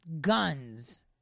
Guns